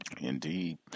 Indeed